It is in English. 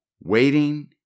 Waiting